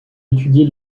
étudier